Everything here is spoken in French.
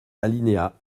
alinéa